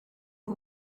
who